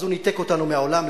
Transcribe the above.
אז הוא ניתק אותנו מהעולם,